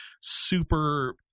super